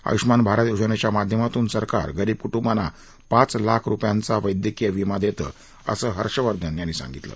आयुषमान भारत योजनेच्या माध्यमातून सरकार गरीब कुटुंबांना पाच लाख रुपयांचा वैद्यकीय विमा देतं असं हर्षवर्धन यांनी सांगितलं